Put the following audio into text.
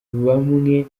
bamwe